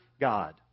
God